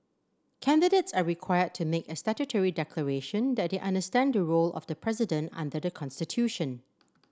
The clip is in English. candidates are required to make a statutory declaration that they understand the role of the president under the constitution